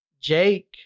Jake